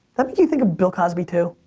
that make you think of bill cosby, too?